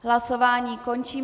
Hlasování končím.